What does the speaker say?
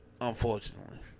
Unfortunately